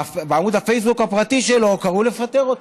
בעמוד הפייסבוק הפרטי שלו, קראו לפטר אותו.